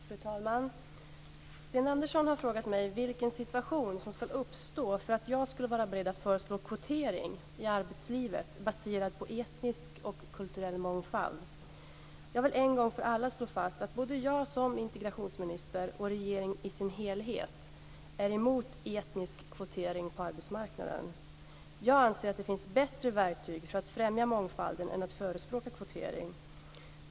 Fru talman! Sten Andersson har frågat mig vilken situation som ska uppstå för att jag skulle vara beredd att föreslå kvotering i arbetslivet baserad på etnisk och kulturell mångfald. Jag vill en gång för alla slå fast att både jag som integrationsminister och regeringen i sin helhet är emot etnisk kvotering på arbetsmarknaden. Jag anser att det finns bättre verktyg för att främja mångfald än att förespråka en kvotering.